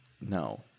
No